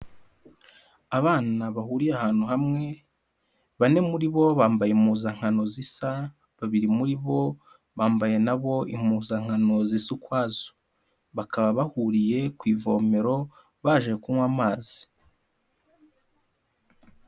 Abana bahuriye ahantu hamwe bane muri bo bambaye impuzankano zisa babiri muri bo bambaye nabo impuzankano sisa ukwazo bakaba bahuriye ku ivomero baje kunywa amazi.